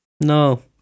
No